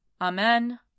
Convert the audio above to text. Amen